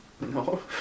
No